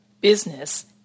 business